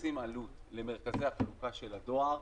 מבוססים עלות, למרכזי החלוקה של הדואר,